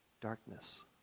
darkness